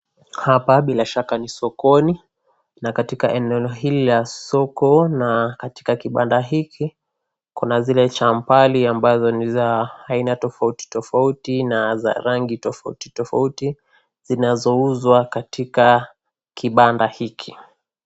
Hapa bila shaka ni sokoni, na katika eneo hili la soko na katika kibanda hiki, Kuna zile champali ambazo ni za aina tofauti na za rangi tofauti tofauti, zinazo uzwa katika kibanda hiki.